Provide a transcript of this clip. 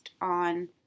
on